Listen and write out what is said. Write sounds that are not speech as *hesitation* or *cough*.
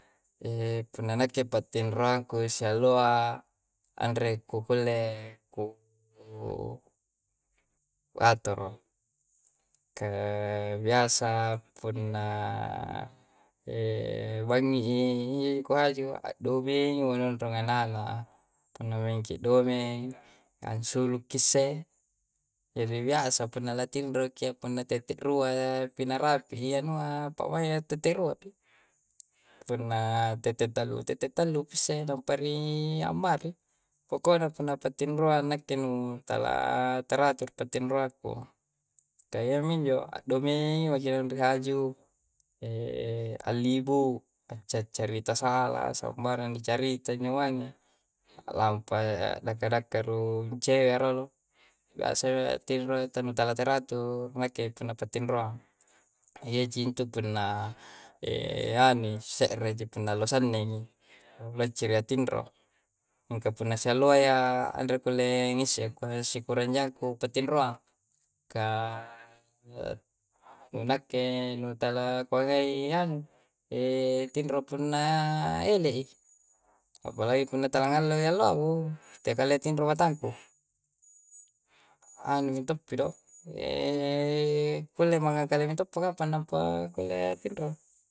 *hesitation* punna nakke pattinroangku sialloa, anre kukulle ku *hesitation* atoro. Ka *hesitation* biasa punna *hesitation* bangngi i, injo ji kuhaju, addomengi mo naung rung ana'-ana'a. Punna maingki ddomeng, ansulukkisse. Jari biasa punna la tinro ki, iapa punna tette' rua pi na rapi'i anua *unintelligible* tette rua pi. Punna tette' tallu, tette' tallu pi sse lampa ki ammari. Poko'na punna pattionroang nakke nu tala teratur pattinroangku. Ka iyya minjo, addomeengi maki naung ri haju. *hesitation* allibu', acca-ccarita sala, sambarang ni carita njo mange. A'lampa dakka-dakka rung cewea rolo. Biasa tinroa nu tala teratur nakke punna pattinroang. Iyya ji intu punna *hesitation* anui, se're ji punna allo sannengngi, lacciri'a tinro. Tapi punna sialloa yya, anre kulle ngisse'i angkua sikurang jaang kupattinorang. Ka *hesitation* nu nakke nu tala kungai anu, *hesitation* tinro punna ele'i. Apalagi punna tangngallo mi alloa, booh tea kalea tinro matangku anu mintoppi do' *hesitation* kulle mangngang kalea mintoppa kapang nampa kulle attinro.